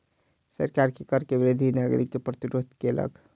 सरकार के कर वृद्धि पर नागरिक प्रतिरोध केलक